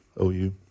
OU